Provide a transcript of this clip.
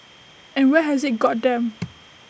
and where has IT got them